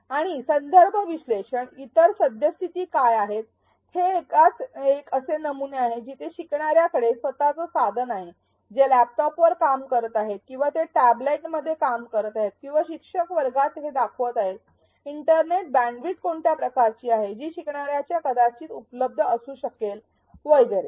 आणि संदर्भ विश्लेषण इतर सद्यस्थिती काय आहेत हे एकाच एक असे नमुने आहेत जिथे शिकणाऱ्या कडे स्वतःच साधन आहे ते लॅपटॉपवर काम करत आहेत का किंवा ते टॅब्लेटमध्ये काम करत आहेत किंवा शिक्षक वर्गात हे दाखवत आहेत इंटरनेट बँडविड्थ कोणत्या प्रकारची आहे जी शिकणार्याना कदाचित उपलब्ध असू शकेल वगैरे